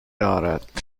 دارد